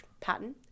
pattern